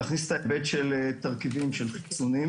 להכניס את ההיבט של תרכיבים של חיסונים.